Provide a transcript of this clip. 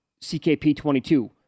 CKP22